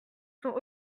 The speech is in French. sont